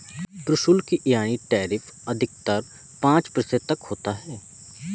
प्रशुल्क यानी टैरिफ अधिकतर पांच प्रतिशत तक होता है